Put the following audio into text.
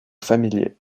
familier